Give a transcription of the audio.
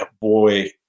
boy